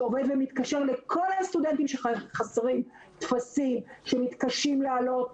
צוות שמתקשר לכל הסטודנטים שחסרים להם טפסים או שמתקשים להעלות אותם.